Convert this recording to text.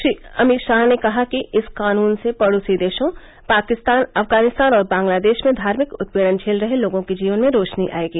श्री अमित शाह ने कहा कि इस कानून से पड़ोसी देशों पाकिस्तान अफगानिस्तान और बांग्लादेश में धार्मिक उत्पीड़न झेल रहे लोगों के जीवन में रोशनी आयेगी